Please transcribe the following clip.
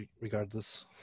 regardless